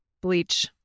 bleach